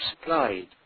supplied